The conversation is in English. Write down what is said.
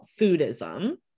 foodism